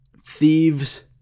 thieves